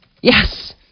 Yes